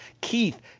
Keith